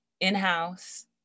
in-house